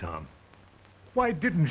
tom why didn't